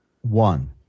One